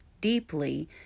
deeply